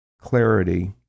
clarity